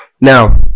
Now